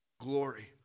glory